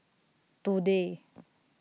today